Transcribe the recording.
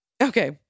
Okay